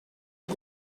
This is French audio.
une